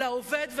לעובד,